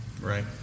Right